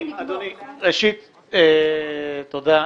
אדוני, ראשית, תודה.